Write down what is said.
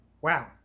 wow